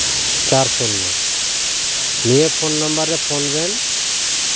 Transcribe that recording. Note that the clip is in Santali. ᱪᱟᱨ ᱥᱩᱱᱱᱚ ᱱᱤᱭᱟᱹ ᱯᱷᱳᱱ ᱱᱟᱢᱵᱟᱨ ᱨᱮ ᱯᱷᱳᱱ ᱵᱮᱱ